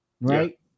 right